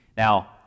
Now